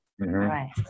Right